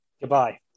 Goodbye